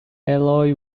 alloy